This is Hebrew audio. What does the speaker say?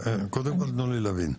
קודם כל תנו לי להבין.